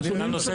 הנתונים של